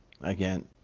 again